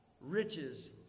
riches